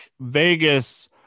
Vegas